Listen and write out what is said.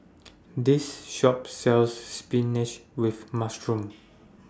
This Shop sells Spinach with Mushroom